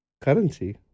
currency